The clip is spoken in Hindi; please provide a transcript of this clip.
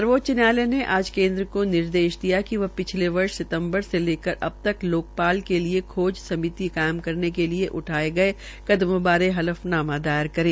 सर्वोचच न्यायालय ने आज केन्द्र को निर्देश दिया कि पिछले वर्ष सितम्बर से लेकर अब तक लोकपाल के लिये खोज समिति कायम करने के लिये उठाये गये कदमों बारे हलफनामा दायर करें